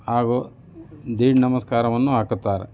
ಹಾಗೂ ದೀಡ್ ನಮಸ್ಕಾರವನ್ನು ಹಾಕುತ್ತಾರೆ